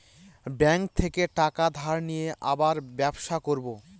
bank থেকে টাকা ধার নিয়ে আবার ব্যবসা করবো